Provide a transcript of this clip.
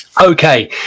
Okay